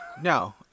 No